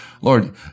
Lord